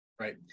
Right